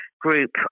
group